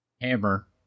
Hammer